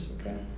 Okay